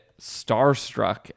starstruck